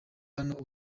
hano